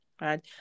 right